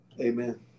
Amen